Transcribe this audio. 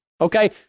okay